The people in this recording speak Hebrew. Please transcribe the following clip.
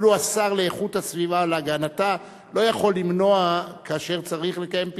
אפילו השר לאיכות הסביבה ולהגנתה לא יכול למנוע כאשר צריך לקיים פיתוח.